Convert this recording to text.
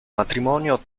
matrimonio